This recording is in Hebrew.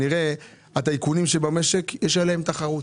נראה שעל הטייקונים במשק יש תחרות.